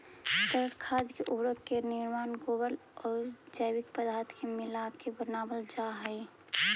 तरल खाद उर्वरक के निर्माण गोबर औउर जैविक पदार्थ के मिलाके बनावल जा हई